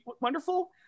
wonderful